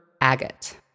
agate